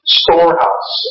storehouse